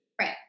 Right